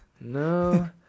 No